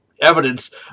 evidence